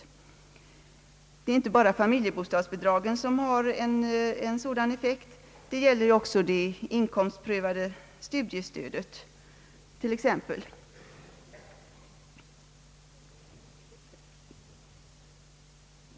Det är för övrigt inte bara familjebostadsbidragen som har en sådan effekt — det har också exempelvis det inkomstprövade studiestödet.